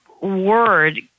word